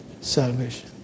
salvation